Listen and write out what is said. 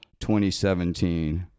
2017